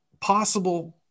possible